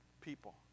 people